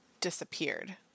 disappeared